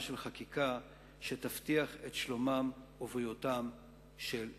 של חקיקה שתבטיח את שלומם ובריאותם של ילדינו.